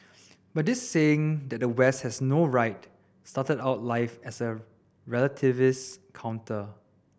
but this saying that the West has no right started out life as a relativist counter